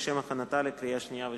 לשם הכנתה לקריאה שנייה ושלישית.